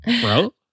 bro